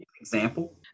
Example